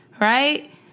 right